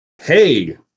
Hey